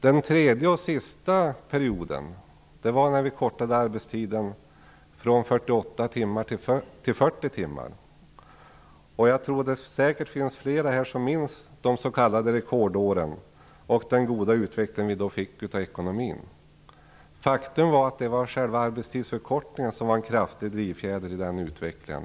Den tredje och sista perioden kom när vi förkortade arbetstiden från Det finns säkert flera här som minns de s.k. rekordåren och den goda utveckling som vi då fick av ekonomin. Faktum är att själva arbetstidsförkortningen var en kraftig drivfjäder i den utvecklingen.